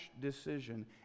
decision